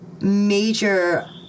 major